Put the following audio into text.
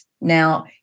Now